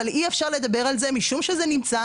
אבל אי-אפשר לדבר על זה משום שזה נמצא